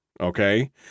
okay